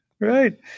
Right